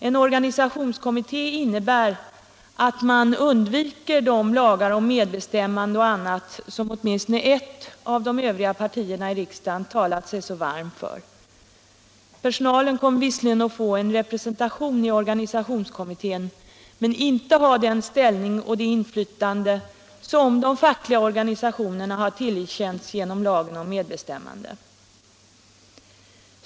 En organisationskommitté innebär att man undviker de lagar om medbestämmande och annat som åtminstone ett av de övriga partierna i riksdagen talat sig så varmt för. Personalen kommer visserligen att få representation i organisationskommittén men inte ha den ställning och det inflytande som de fackliga organisationerna har tillerkänts genom lagen om medbestämmande.